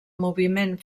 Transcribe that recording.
moviment